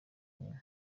nyina